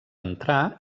entrar